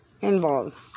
Involved